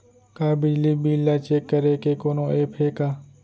का बिजली बिल ल चेक करे के कोनो ऐप्प हे का?